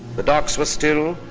the docks were still,